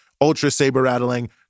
ultra-saber-rattling